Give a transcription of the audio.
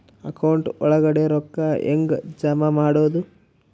Account ಒಳಗಡೆ ರೊಕ್ಕ ಹೆಂಗ್ ಜಮಾ ಮಾಡುದು?